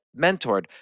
mentored